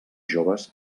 joves